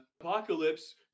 Apocalypse